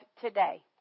today